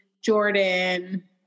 Jordan